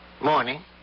morning